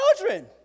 children